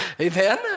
Amen